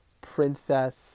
princess